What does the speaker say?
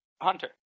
Hunter